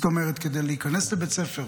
זאת אומרת, כדי להיכנס לבית ספר